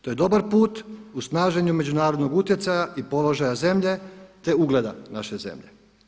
To je dobar put u snaženju međunarodnog utjecaja i položaja zemlje, te ugleda naše zemlje.